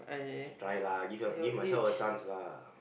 try lah give your give myself a chance lah